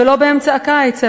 ולא באמצע הקיץ,